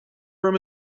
from